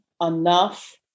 enough